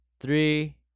three